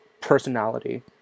personality